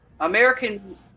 American